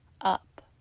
up